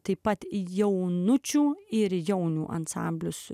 taip pat jaunučių ir jaunių ansamblius